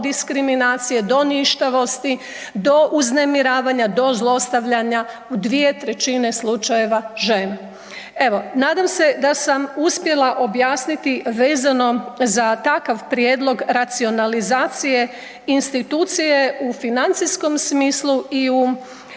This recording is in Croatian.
diskriminacije, do ništavosti, do uznemiravanja, do zlostavljanja u 2/3 slučajeva žena. Evo, nadam se da sam uspjela objasniti vezano za takav prijedlog racionalizacije institucije u financijskom smislu i u,